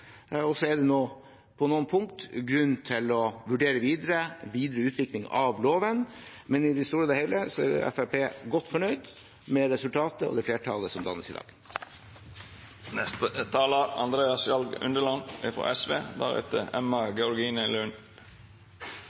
Så er det på noen punkter grunn til å vurdere en videreutvikling av loven. Men i det store og hele er Fremskrittspartiet godt fornøyd med resultatet og det flertallet som dannes i dag. Jeg vil, i likhet med en rekke andre